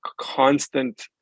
constant